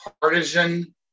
partisan